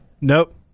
Nope